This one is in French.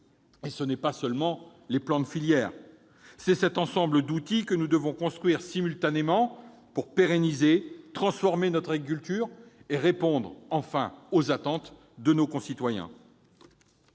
et pas seulement les plans de filière. C'est cet ensemble d'outils que nous devons construire simultanément pour pérenniser et transformer notre agriculture, et enfin répondre aux attentes de nos concitoyens.